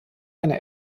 eine